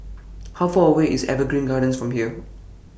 How Far away IS Evergreen Gardens from here